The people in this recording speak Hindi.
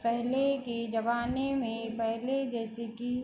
पहले के ज़माने में पहले जैसे कि